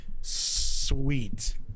sweet